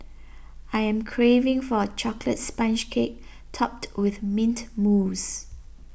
I am craving for a Chocolate Sponge Cake Topped with Mint Mousse